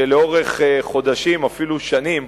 שלאורך חודשים, אפילו שנים,